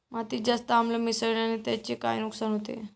मातीत जास्त आम्ल मिसळण्याने त्याचे काय नुकसान होते?